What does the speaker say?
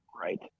Right